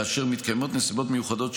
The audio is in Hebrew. כאשר מתקיימות נסיבות מיוחדות,